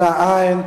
נמנעים.